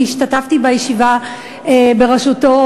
אני השתתפתי בישיבה בראשותו,